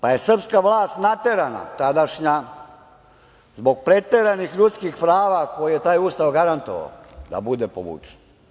Pa je tadašnja srpska vlast naterana, zbog preteranih ljudskih prava koje je taj Ustav garantovao, da bude povučen.